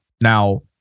now